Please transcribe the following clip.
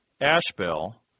Ashbel